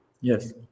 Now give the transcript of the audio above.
Yes